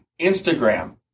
Instagram